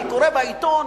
אני קורא בעיתון.